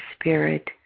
spirit